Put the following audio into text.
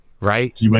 Right